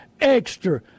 extra